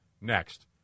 next